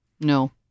No